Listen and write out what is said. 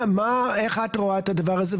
איך את רואה את הדבר הזה,